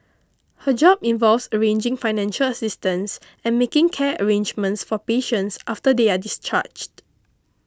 her job involves arranging financial assistance and making care arrangements for patients after they are discharged